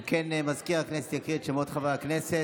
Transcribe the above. אם כן, מזכיר הכנסת יקרא בשמות חברי הכנסת.